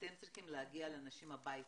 אתם צריכים להגיע לאנשים הביתה,